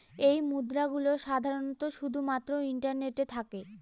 এই মুদ্রা গুলো সাধারনত শুধু মাত্র ইন্টারনেটে থাকে